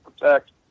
protect